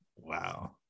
Wow